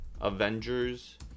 Avengers